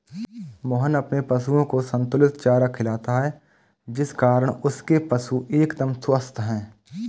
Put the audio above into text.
मोहन अपने पशुओं को संतुलित चारा खिलाता है जिस कारण उसके पशु एकदम स्वस्थ हैं